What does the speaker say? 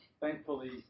thankfully